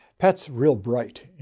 pat's real bright.